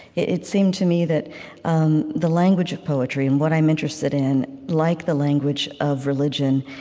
it seemed to me that um the language of poetry and what i'm interested in, like the language of religion,